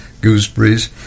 gooseberries